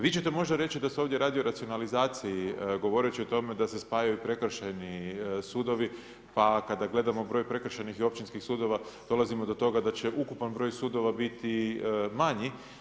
Vi ćete možda reći da se ovdje radi o racionalizaciji govoreći o tome da se spajaju prekršajni sudovi, pa kada gledamo broj prekršajnih i općinskih sudova dolazimo do toga da će ukupan broj sudova biti manji.